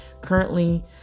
currently